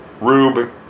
Rube